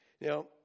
Now